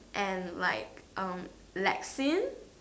and like um